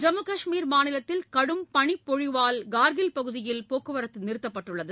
ஜம்மு கஷ்மீர் மாநிலத்தில் கடும் பளிப்பொழிவால் கார்கில் பகுதியில் போக்குவரத்து நிறுத்தப்பட்டுள்ளது